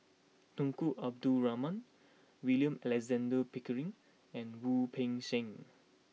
Tunku Abdul Rahman William Alexander Pickering and Wu Peng Seng